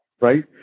right